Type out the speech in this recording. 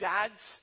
Dads